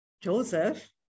joseph